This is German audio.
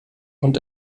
und